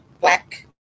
black